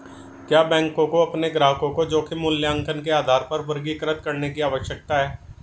क्या बैंकों को अपने ग्राहकों को जोखिम मूल्यांकन के आधार पर वर्गीकृत करने की आवश्यकता है?